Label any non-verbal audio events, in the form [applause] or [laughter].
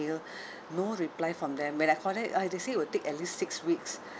[breath] no reply from them when I call it uh they say it will take at least six weeks